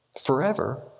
forever